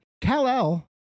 Kal-El